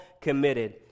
committed